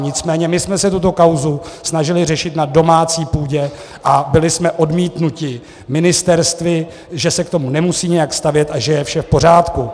Nicméně my jsme se tuto kauzu snažili řešit na domácí půdě a byli jsme odmítnuti ministerstvy, že se k tomu nemusí nijak stavět a že je vše v pořádku.